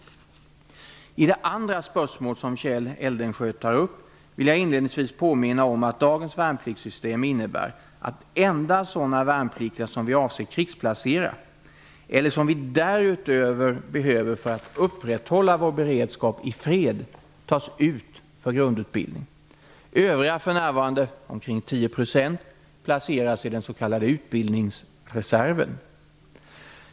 I de andra spörsmål som Kjell Eldensjö tar upp vill jag inledningsvis påminna om att dagens värn pliktssystem innebär att endast sådana värnplik tiga som vi avser krigsplacera, eller som vi därut över behöver för att upprätthålla vår beredskap i fred, tas ut för grundutbildning. Övriga -- för när varande omkring 10 %-- placeras i den s.sk. ut bildningsreserven.